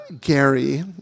Gary